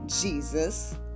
jesus